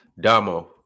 Damo